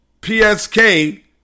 PSK